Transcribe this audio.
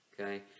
okay